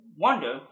wonder